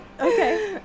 Okay